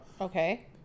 Okay